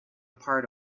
part